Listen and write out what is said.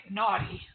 naughty